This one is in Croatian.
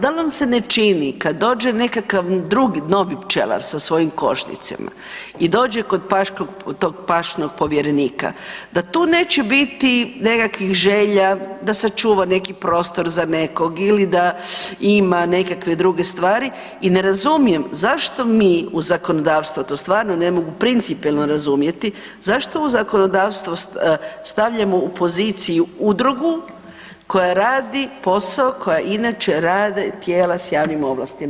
Da li vam se ne čini kad dođe nekakav drugi, novi pčelar sa svojim košnicama i dođe kod tog pašnog povjerenika, da tu neće biti nekakvih želja da sačuva neki prostor za nekog ili da ima nekakve druge stvari i ne razumijem, zašto mi u zakonodavstvo, to stvarno ne mogu principijelno razumjeti, zašto u zakonodavstvo stavljamo u poziciju udrugu koja radi posao koje inače rade tijela s javnim ovlastima?